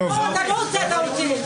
אני פה, אתה לא הוצאת אותי.